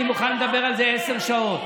אני מוכן לדבר על זה עשר שעות.